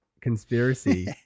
Conspiracy